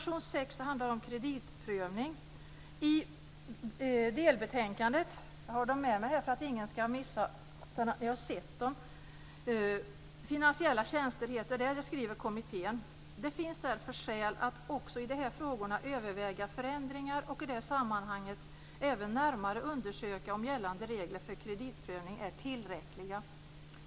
I delbetänkandet Finansiella tjänster skriver kommittén: "Det finns därför skäl att också i de här frågorna överväga förändringar och i det sammanhanget även närmare undersöka om gällande regler för kreditprövning är tillräckliga.